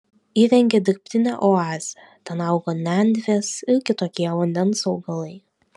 įrengė dirbtinę oazę ten augo nendrės ir kitokie vandens augalai